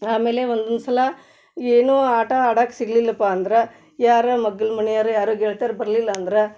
ಆಮೇಲೆ ಒಂದೊಂದು ಸಲ ಏನೋ ಆಟ ಆಡಕ್ಕ ಸಿಗಲಿಲ್ಲಪ್ಪ ಅಂದ್ರೆ ಯಾರೂ ಮಗ್ಗಲ ಮನಿಯರು ಯಾರೂ ಗೆಳತ್ಯರು ಬರಲಿಲ್ಲ ಅಂದ್ರೆ